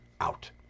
out